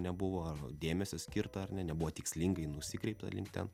nebuvo ar dėmesio skirta ar ne nebuvo tikslingai nusikreipta link ten